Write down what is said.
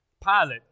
Pilot